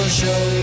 show